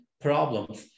problems